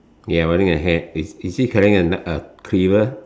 ya but then the hand is is he carrying a kn~ a cleaver